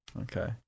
okay